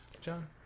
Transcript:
john